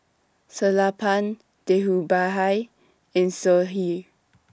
Sellapan Dhirubhai and Sudhir